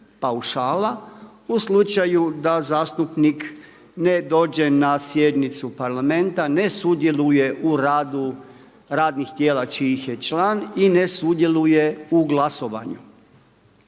paušala u slučaju da zastupnik ne dođe na sjednicu parlamenta, ne sudjeluje u radu radnih tijela čijih je član i ne sudjeluje u glasovanju.